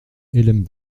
hélène